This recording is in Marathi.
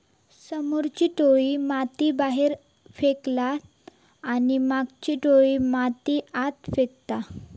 समोरची टोळी माती बाहेर फेकता आणि मागची टोळी माती आत फेकता